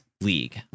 league